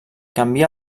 canvia